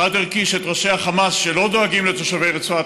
חד-ערכי שראשי החמאס שלא דואגים לתושבי רצועת